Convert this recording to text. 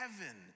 heaven